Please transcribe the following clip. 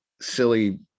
silly –